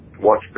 watch